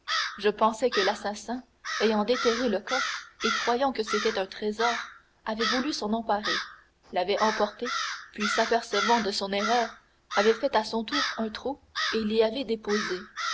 je pensai que l'assassin ayant déterré le coffre et croyant que c'était un trésor avait voulu s'en emparer l'avait emporté puis s'apercevant de son erreur avait fait à son tour un trou et l'y avait déposé